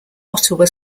ottawa